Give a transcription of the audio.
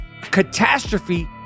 catastrophe